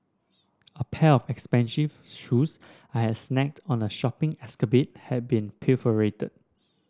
a pair of expensive shoes I had snagged on a shopping escapade had been pilfered